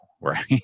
Right